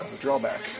drawback